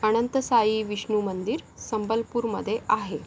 अनंतसाई विष्णू मंदिर संबलपूरमध्ये आहे